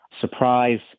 surprise